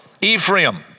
Ephraim